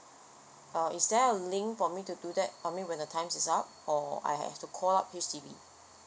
uh is there a link for me to do that I mean when the time is up or I have to call up H_D_B